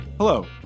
Hello